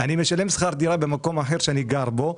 משלם שכר דירה במקום אחר שאני גר בו,